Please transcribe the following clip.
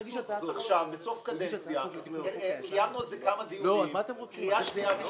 עכשיו בסוף קדנציה קיימנו על זה כמה דיונים בקריאה שנייה ושלישית.